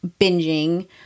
binging